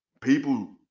people